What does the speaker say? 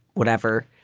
whatever.